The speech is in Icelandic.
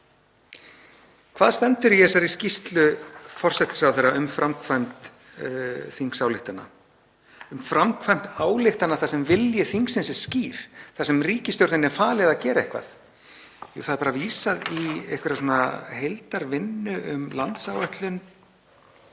Hvað stendur í þessari skýrslu forsætisráðherra um framkvæmd þingsályktana, um framkvæmd ályktana, þar sem vilji þingsins er skýr, þar sem ríkisstjórninni er falið að gera eitthvað? Það er bara vísað í einhverja heildarvinnu um landsáætlun